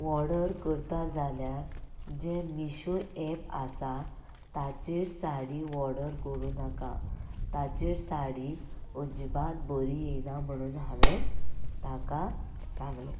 order करता जाल्यार जें मिशो एप आसा ताचेर साडी वॉर्डर करूंक नाका तचेर साडी अजिबात बरी येना म्हणून हांवे ताका सांगलें